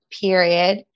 period